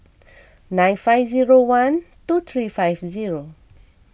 nine five zero one two three five zero